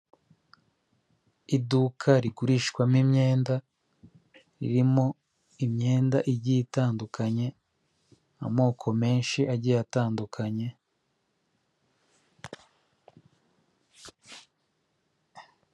Iduka rigurishwamo imyenda ririmo imyenda igiye itandukanye, amoko menshi agiye atandukanye.